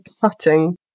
cutting